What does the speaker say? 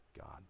God